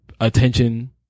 attention